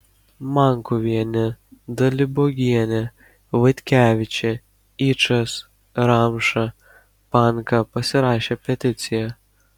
mankuvienė dalibogienė vaitkevičė yčas ramša panka pasirašė peticiją